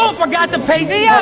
um forgot to pay the ah